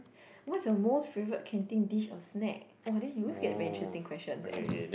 what's your most favourite canteen dish or snack !wah! then you always get very interesting questions eh